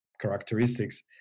characteristics